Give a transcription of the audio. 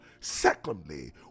Secondly